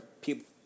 people